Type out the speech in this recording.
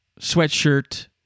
sweatshirt